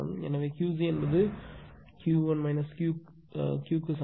எனவே QC என்பது Ql Q க்கு சமம்